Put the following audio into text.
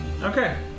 Okay